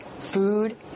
food